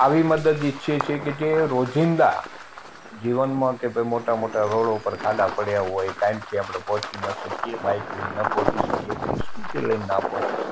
આવી મદદ ઇચ્છીએ છીએ કે જે રોજિંદા જીવનમાં કે ભાઇ મોટા મોટા રોડો ઉપર ખાડા પડ્યા હોય ટાઇમથી આપણે પહોંચી ન શકીએ બાઇક લઇને ન પહોંચી શકીએ કે સ્કૂટી લઇને ન પહોંચી શકીએ